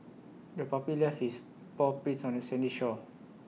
the puppy left its paw prints on the sandy shore